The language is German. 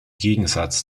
gegensatz